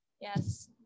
yes